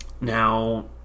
Now